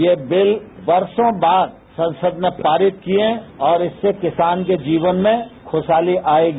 यह बिल बरसों बाद संसद में पारित हुए हैं और इससे किसान के जीवन में खुशहाली आयेगी